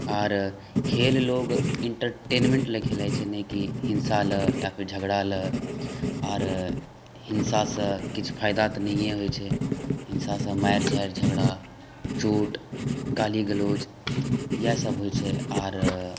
आओर खेल लोक इण्टरटेनमेन्टलए खेलाइ छै नहि कि हिँसालए या फेर झगड़ालए आओर हिँसासँ किछु फाइदा तऽ नहिए होइ छै हिँसासँ मारि झाड़ि झगड़ा चोट गाली गलौज इएहसब होइ छै आओर